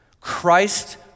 Christ